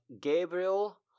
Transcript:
Gabriel